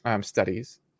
studies